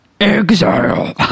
exile